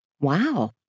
Wow